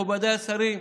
מכובדיי השרים?